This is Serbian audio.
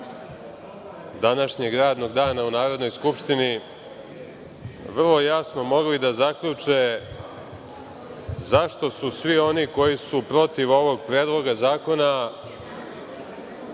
današnjeg radnog dana u Narodnoj skupštini, vrlo jasno mogli da zaključe zašto su svi oni koji su protiv ovog Predloga zakona,